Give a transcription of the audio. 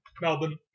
Melbourne